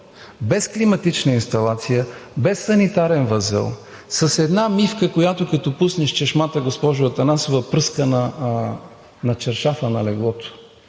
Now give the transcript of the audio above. без климатична инсталация, без санитарен възел, с една мивка, която като пуснеш чешмата, госпожо Атанасова, пръска на чаршафа на леглото.